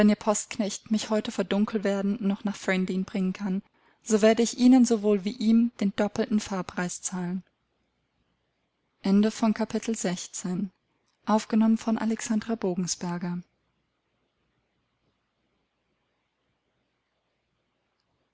postknecht mich heute vor dunkelwerden noch nach ferndean bringen kann so werde ich ihnen sowohl wie ihm den doppelten fahrpreis zahlen